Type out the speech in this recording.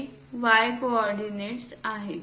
हे Y coordinates आहेत